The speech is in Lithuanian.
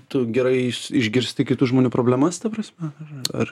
tu gerai išgirsti kitų žmonių problemas ta prasme ar